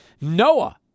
noah